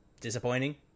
disappointing